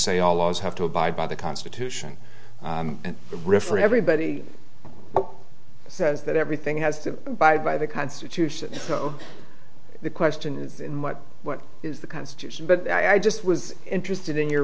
say all laws have to abide by the constitution and the riff or everybody says that everything has to abide by the constitution so the question is in what what is the constitution but i just was interested in your